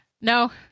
No